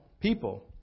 people